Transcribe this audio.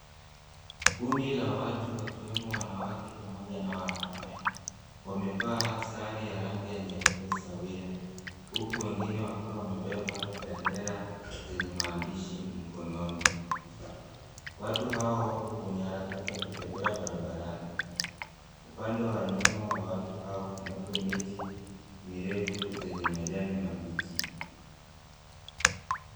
Kundi la watu wakiwemo wanawake pamoja na wanaume wamevaa sare ya rangi nyeupe sawia, huku wengine wakiwa wamebeba bendera zenye maandishi mkononi. Watu hao wapo kwenye harakati ya kutembea barabarani. Upande wa nyuma wa watu hao kunako miti mirefu zenye majani mabichi.